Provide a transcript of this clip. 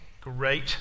great